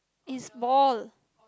is ball